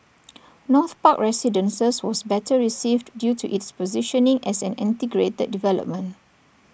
north park residences was better received due to its positioning as an integrated development